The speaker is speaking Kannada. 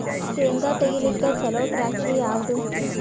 ಶೇಂಗಾ ತೆಗಿಲಿಕ್ಕ ಚಲೋ ಟ್ಯಾಕ್ಟರಿ ಯಾವಾದು?